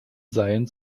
seien